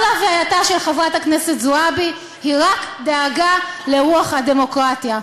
כל הווייתה של חברת הכנסת זועבי היא רק דאגה לרוח הדמוקרטיה.